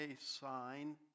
sign